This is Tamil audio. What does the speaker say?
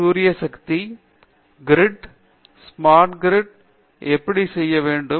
சூர்ய சக்தி பகிர்வு கிரிட் ஸ்மார்ட் கிரிட் எப்படி செய்ய வேண்டும்